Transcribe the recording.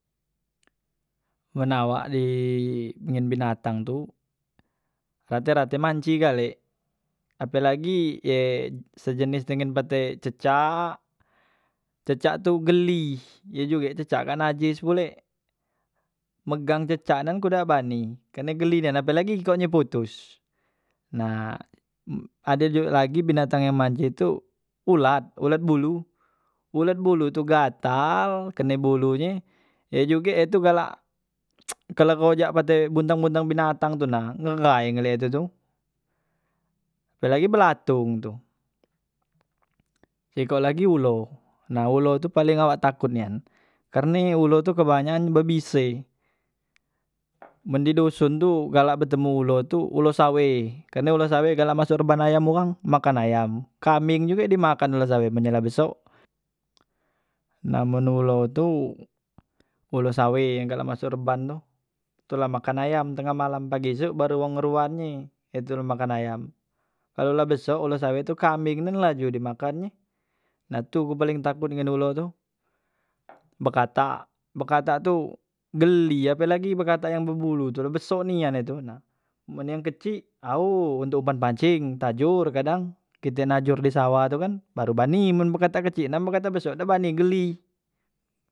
Men awak di ngen binatang tu wajar ate manci gale apelagi ye sejenis dengan pate cecak, cecak tu geli ye juge cecak kak najis pule megang cecak nian ku dak bani karne gali nian apelagi ekornyo potos nah ade juge lagi binatang yang manci tu ulat, ulat bulu, ulat bulu tu gatal kene bulu nye ye juge ye tu galak kelegho cak buntang- buntang binatang tuna leghai ngeliat nye tu, pelagi belatung tu sikok lagi ulo, nah ulo tu paling awak takut nian karne ulo tu kebanyakan bebise men di doson tu galak betemu ulo tu ulo saweh karne ulo saweh galak masok reban ayam wang, makan ayam, kambeng juge di makan ulo saweh men ye la beso, nah men ulo tu ulo saweh yang galak masok reban tu tula makan ayam tengah malam pagi isok baru wang ngeruan nye he tu makan ayam, kalu la beso ulo saweh tu kambing nian laju di makan nye, nah tu ku paling takut dengan ulo tu bekatak, bekatak tu geli apelagi bekatak yang bebulu tu beso nian ye tu men yang kecik ao untuk umpan pancing tajor kadang kite najor di sawah tu kan, baru bani men bekatak kecik men bekatak beso dak brani geli.